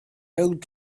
old